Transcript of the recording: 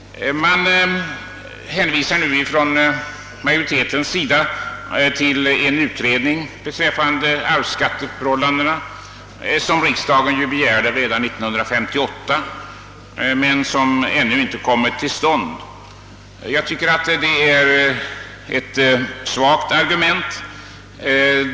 Utskottsmajoriteten hänvisar nu till en utredning beträffande arvsskatteförhållandena, som riksdagen begärde redan år 1958 men som ännu inte kommit till stånd. Jag tycker det är ett svagt argument.